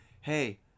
hey